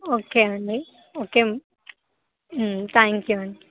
okay అండి okay thank you అండి